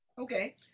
Okay